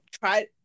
try